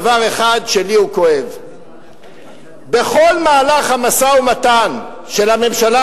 דבר אחד שלי הוא כואב: בכל מהלך המשא-ומתן של הממשלה